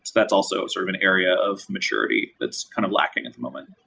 that's also sort of an area of maturity that's kind of lacking at the moment.